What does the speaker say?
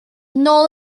nôl